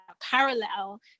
parallel